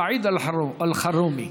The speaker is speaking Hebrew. סעיד אלחרומי.